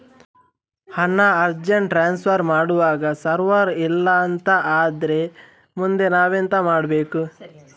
ಹಣ urgent transfer ಮಾಡ್ವಾಗ server ಇಲ್ಲಾಂತ ಆದ್ರೆ ಮುಂದೆ ನಾವೆಂತ ಮಾಡ್ಬೇಕು?